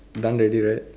done already right